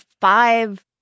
five